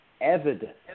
evidence